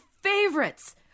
favorites